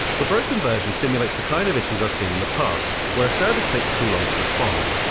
the broken version simulates the kind of issues i've seen in the past, where service takes too long to respond.